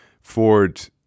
Ford